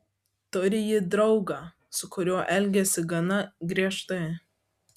turi ji draugą su kuriuo elgiasi gana griežtai